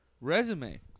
resume